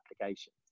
applications